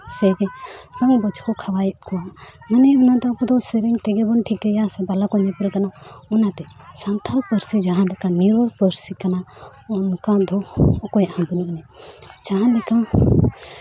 ᱥᱮ ᱫᱚᱢᱮ ᱵᱷᱚᱡᱽ ᱠᱚ ᱠᱷᱟᱣᱟᱣ ᱮᱫ ᱠᱚᱣᱟ ᱢᱟᱱᱮ ᱚᱱᱟᱫᱚ ᱠᱚᱫᱚ ᱥᱮᱨᱮᱧ ᱛᱮᱜᱮ ᱵᱚᱱ ᱴᱷᱤᱠᱟᱹᱭᱟ ᱥᱮ ᱵᱟᱞᱟ ᱠᱚ ᱧᱮᱯᱮᱞ ᱠᱟᱱᱟ ᱚᱱᱟᱛᱮ ᱥᱟᱱᱛᱟᱲ ᱯᱟᱹᱨᱥᱤ ᱡᱟᱦᱟᱸ ᱞᱮᱠᱟ ᱱᱤᱨᱳᱲ ᱯᱟᱹᱨᱥᱤ ᱠᱟᱱᱟ ᱚᱱᱠᱟ ᱫᱚ ᱚᱠᱚᱭᱟᱜ ᱦᱚᱸ ᱵᱟᱹᱱᱩᱜ ᱡᱟᱦᱟᱸ ᱞᱮᱠᱟ